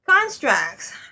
constructs